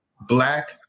black